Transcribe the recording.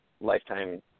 lifetime